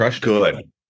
good